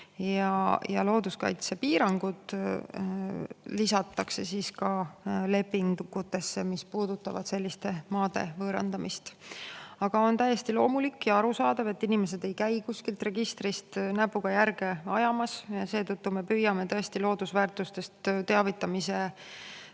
Looduskaitsepiirangud lisatakse ka lepingutesse, mis puudutavad selliste maade võõrandamist. Aga on täiesti loomulik ja arusaadav, et inimesed ei käi kuskilt registrist näpuga järge ajamas. Seetõttu me püüame tõesti muuta loodusväärtustest teavitamise